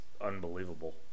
unbelievable